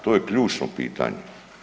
To je ključno pitanje.